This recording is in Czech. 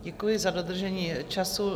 Děkuji za dodržení času.